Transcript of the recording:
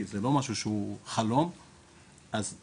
אנחנו מאוד גבוליים